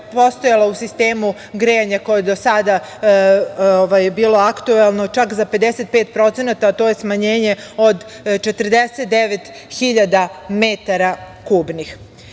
postojala u sistemu grejanja koje je do sada bilo aktuelno čak za 55%, a to je smanjenje od 49.000 metara kubnih. Zatim,